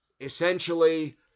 essentially